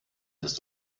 ist